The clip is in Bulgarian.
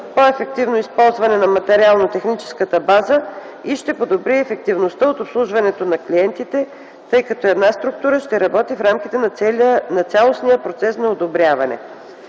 по-ефективно използване на материално-техническата база и ще подобри ефективността на обслужването на клиентите, тъй като една структура ще работи в рамките на цялостния процес на одобряване.